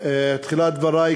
בתחילת דברי,